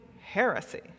heresy